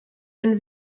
den